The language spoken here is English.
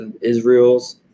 Israel's